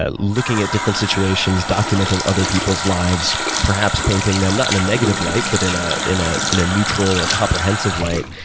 ah looking at different situations, documenting other people's lives, perhaps painting them not in a negative light but in ah in ah a neutral or comprehensive light,